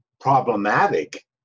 problematic